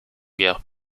gares